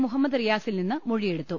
മുഹമ്മദ് റിയാസിൽ നിന്ന് മൊഴിയെ ടുത്തു